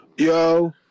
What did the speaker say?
Yo